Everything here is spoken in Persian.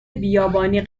بیابانی